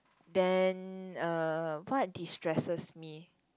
then uh what destresses me